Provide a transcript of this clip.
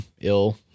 ill